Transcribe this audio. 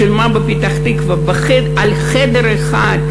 שילמה בפתח-תקווה על חדר אחד,